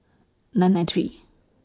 nine nine three